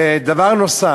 ודבר נוסף,